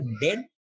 dead